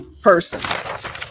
person